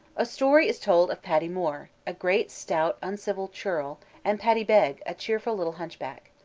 a story is told of paddy more, a great stout uncivil churl, and paddy beg, a cheerful little hunchback.